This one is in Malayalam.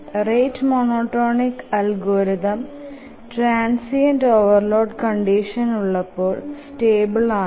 rate monotonic algorithm transient overload conditions ഉള്ളപ്പോൾ സ്റ്റേബിൾ ആണ്